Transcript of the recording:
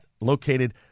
Located